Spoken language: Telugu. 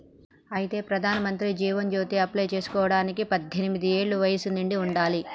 అయితే ప్రధానమంత్రి జీవన్ జ్యోతి అప్లై చేసుకోవడానికి పద్దెనిమిది ఏళ్ల వయసు నిండి ఉండాలి